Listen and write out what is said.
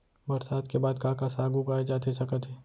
बरसात के बाद का का साग उगाए जाथे सकत हे?